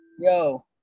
Yo